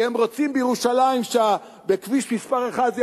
אם הם רוצים שבכביש מס' 1 בירושלים זה